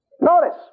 Notice